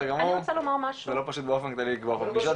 זה לא הכי פשוט לקבוע פה פגישות,